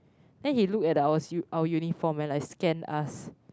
then he look at our our uniform and scanned us